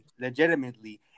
legitimately